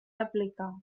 aplicar